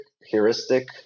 heuristic